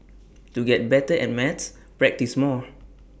to get better at maths practise more